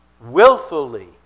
willfully